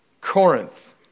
Corinth